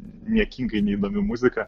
niekingai neįdomi muzika